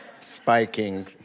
spiking